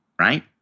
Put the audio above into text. Right